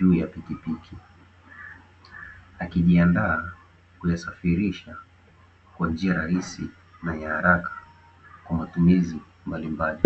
juu ya pikipiki, akijiandaa kuyasafirisha kwa njia rahisi na ya haraka kwa matumizi mbalimbali.